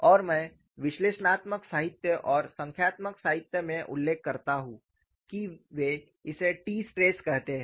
और मैं विश्लेषणात्मक साहित्य और संख्यात्मक साहित्य में उल्लेख करता हूं कि वे इसे T स्ट्रेस कहते हैं